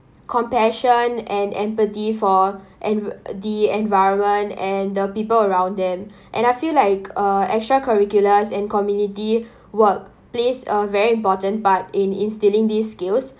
compassion and empathy for en~ the environment and the people around them and I feel like uh extra curricular and community work plays a very important part in instilling these skills